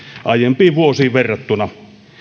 aiempiin vuosiin verrattuna